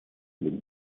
быть